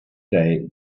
day